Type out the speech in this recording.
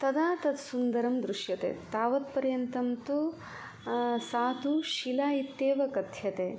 तदा तत्सुन्दरं दृश्यते तावत्पर्यन्तं तु सा तु शिला इत्येव कथ्यते